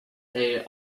they